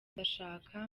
ndashaka